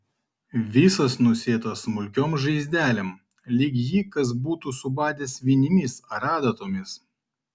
visas nusėtas smulkiom žaizdelėm lyg jį kas būtų subadęs vinimis ar adatomis